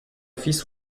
fils